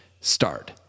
start